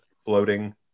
floating